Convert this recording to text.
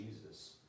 Jesus